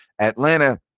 Atlanta